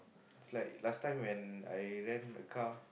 it's like last time when I rent a car